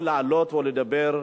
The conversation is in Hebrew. או לעלות או לדבר.